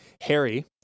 Harry